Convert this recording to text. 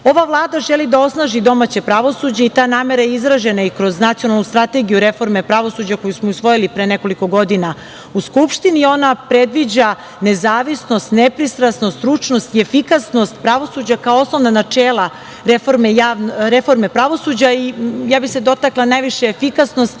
vlada želi da osnaži domaće pravosuđe i ta namera je izražena i kroz Nacionalnu strategiju reforme pravosuđa koju smo i usvojili pre nekoliko godina u Skupštini i ona predviđa nezavisnost, nepristrasnost, stručnost i efikasnost pravosuđa kao osnovna načela, reforme pravosuđa i ja bih se dotakla najviše efikasnosti,